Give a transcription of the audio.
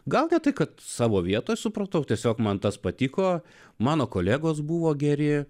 gal tai kad savo vietą supratau tiesiog man tas patiko mano kolegos buvo geri